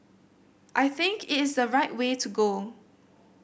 I think it is the right way to go